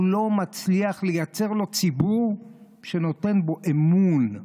הוא לא מצליח לייצר לו ציבור שנותן בו אמון.